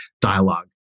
dialogue